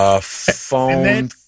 phone